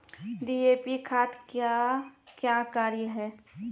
DAP खाद का क्या कार्य हैं?